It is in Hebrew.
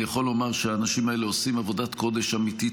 אני יכול לומר שהאנשים האלה עושים עבודת קודש אמיתית,